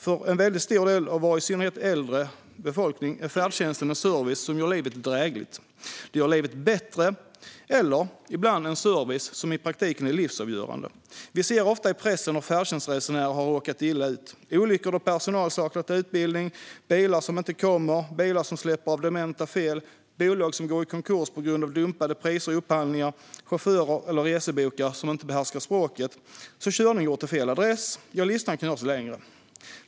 För en stor del av vår befolkning, i synnerhet äldre, är färdtjänsten en service som gör livet drägligt och bättre. Ibland är det en service som i praktiken är livsavgörande. Vi ser ofta i pressen hur färdtjänstresenärer råkar illa ut. Det är olyckor då personal saknar utbildning, bilar som inte kommer, bilar som släpper av dementa fel, bolag som går i konkurs på grund av dumpade priser i upphandlingar och chaufförer eller resebokare som inte behärskar språket så att körningen går till fel adress. Listan kan göras längre.